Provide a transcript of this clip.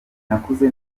nakuze